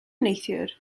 neithiwr